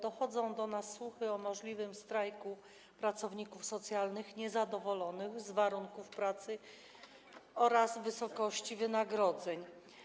Dochodzą do nas słuchy o możliwym strajku pracowników socjalnych, niezadowolonych z warunków pracy oraz wysokości wynagrodzeń.